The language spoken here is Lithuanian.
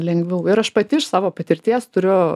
lengviau ir aš pati iš savo patirties turiu